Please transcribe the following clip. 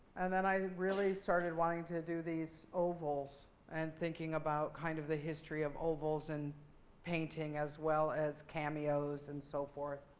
and then, i really started wanting to do these ovals and thinking about kind of the history of ovals and painting, as well as cameos and so forth.